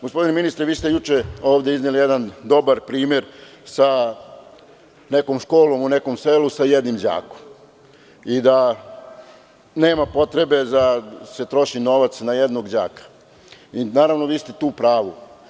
Gospodine ministre, vi ste juče ovde izneli jedan dobar primer sa nekom školom u nekom selu sa jednim đakom i da nema potrebe da se troši novac na jednog đaka i naravno vi ste tu u pravu.